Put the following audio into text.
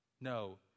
No